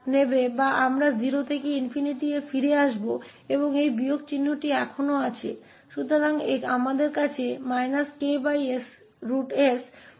लेकिन यह ऋण साइन फिर से 0 से ∞ पर वापस आ जाएगा और यह माइनस साइन अभी भी है